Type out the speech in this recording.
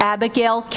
Abigail